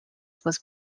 was